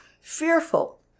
fearful